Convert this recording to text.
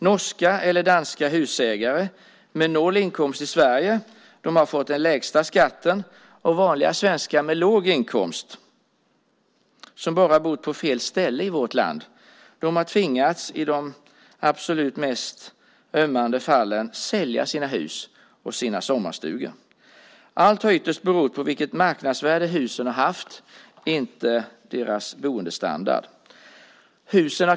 Norska eller danska husägare med noll inkomst i Sverige har fått den lägsta skatten, och vanliga svenskar med låg inkomst som bara bott på fel ställe i vårt land har i de absolut mest ömmande fallen tvingats att sälja sina hus och sommarstugor. Allt har ytterst berott på vilket marknadsvärde huset har haft, inte boendestandarden.